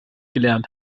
gelernt